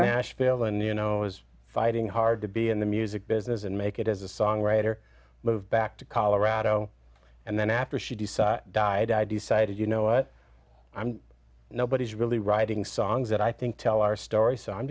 fail and you know i was fighting hard to be in the music business and make it as a songwriter move back to colorado and then after she decide died i decided you know what i'm nobody's really writing songs that i think tell our story so i'm